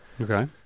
Okay